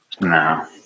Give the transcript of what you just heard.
No